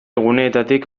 guneetatik